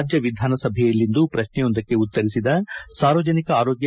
ರಾಜ್ಯ ವಿಧಾನಸಭೆಯಲ್ಲಿಂದು ಪ್ರಶ್ನೆಯೊಂದಕ್ಕೆ ಉತ್ತರಿಸಿದ ಸಾರ್ವಜನಿಕ ಆರೋಗ್ಯ